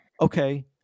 okay